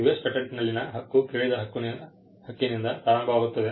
US ಪೇಟೆಂಟ್ನಲ್ಲಿನ ಹಕ್ಕು ಕೇಳಿದ ಹಕ್ಕಿನಿಂದ ಪ್ರಾರಂಭವಾಗುತ್ತದೆ